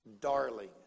Darling